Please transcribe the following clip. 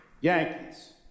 Yankees